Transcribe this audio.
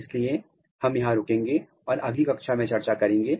इसलिए हम यहां रुकेंगे और अगली कक्षा में चर्चा करेंगे